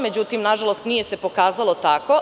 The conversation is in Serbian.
Međutim, nažalost, nije se pokazalo tako.